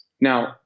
Now